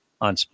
on